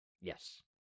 Yes